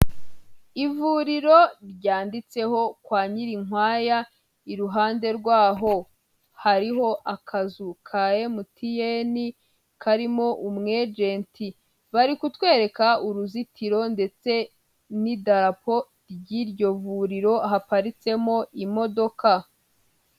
Ivuriro ryanditseho kwa Nyirinkwaya, iruhande rwaho hariho akazu ka MTN karimo umwegenti, bari kutwereka uruzitiro ndetse n'idarapo ry'iryo vuriro haparitsemo imodoka.